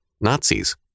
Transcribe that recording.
Nazis